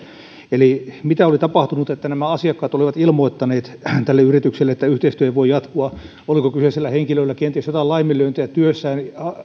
eli mitä oli tapahtunut että nämä asiakkaat olivat ilmoittaneet tälle yritykselle että yhteistyö ei voi jatkua oliko kyseisellä henkilöllä kenties joitain laiminlyöntejä työssään